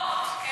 הן בוחרות.